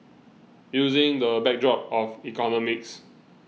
using the backdrop of economics